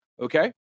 okay